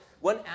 one